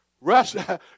Russia